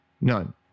None